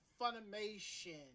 Funimation